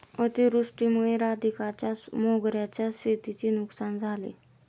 अतिवृष्टीमुळे राधिकाच्या मोगऱ्याच्या शेतीची नुकसान झाले